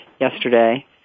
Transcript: Yesterday